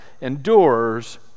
endures